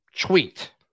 tweet